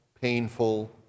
painful